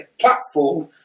platform